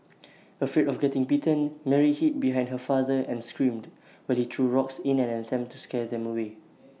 afraid of getting bitten Mary hid behind her father and screamed while he threw rocks in an attempt to scare them away